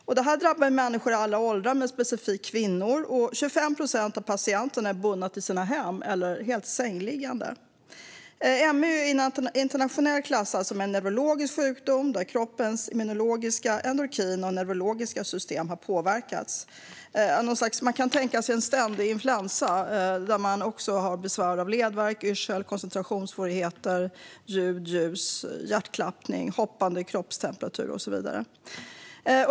Sjukdomen drabbar människor i alla åldrar, men särskilt kvinnor. 25 procent av patienterna är bundna till sina hem eller helt sängliggande. ME är internationellt klassad som en neurologisk sjukdom där kroppens immunologiska, endokrina och neurologiska system har påverkats. Man kan tänka sig att det är som en ständig influensa med besvär av ledvärk, yrsel, koncentrationssvårigheter, ljud, ljus, hjärtklappning, hoppande kroppstemperatur och så vidare.